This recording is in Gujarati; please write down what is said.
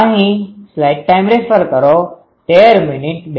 આ ΔΨ પર છે